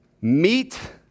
Meet